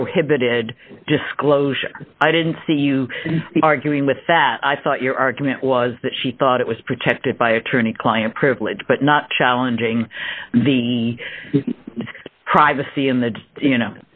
prohibited disclosure i didn't see you arguing with that i thought your argument was that she thought it was protected by attorney client privilege but not challenging the privacy in the you know